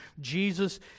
Jesus